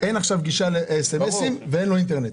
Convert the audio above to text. אין עכשיו גישה לס.מ.סים ואין לו אינטרנט.